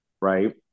Right